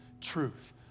Truth